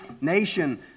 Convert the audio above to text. nation